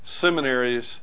seminaries